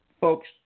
folks